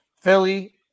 Philly